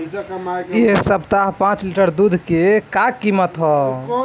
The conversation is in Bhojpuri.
एह सप्ताह पाँच लीटर दुध के का किमत ह?